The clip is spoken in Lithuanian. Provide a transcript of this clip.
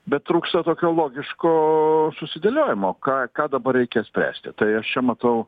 bet trūksta tokio logiško susidėliojimo ką ką dabar reikia spręsti tai aš čia matau